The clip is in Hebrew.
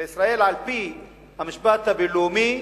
בישראל, על-פי המשפט הבין-לאומי,